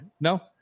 No